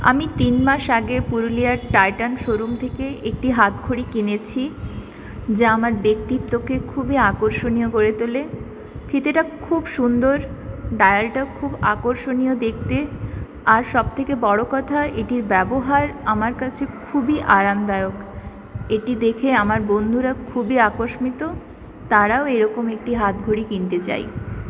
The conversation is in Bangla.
আমি তিন মাস আগে পুরুলিয়ার টাইটান শোরুম থেকে একটি হাতঘড়ি কিনেছি যা আমার ব্যক্তিত্বকে খুবই আকর্ষণীয় করে তোলে ফিতেটা খুব সুন্দর ডায়ালটা খুব আকর্ষণীয় দেখতে আর সব থেকে বড়ো কথা এটির ব্যবহার আমার কাছে খুবই আরামদায়ক এটি দেখে আমার বন্ধুরা খুবই আকস্মিত তারাও এরকম একটি হাতঘড়ি কিনতে চায়